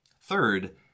Third